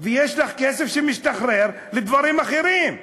ויש לך כסף שמשתחרר לדברים אחרים.